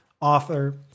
author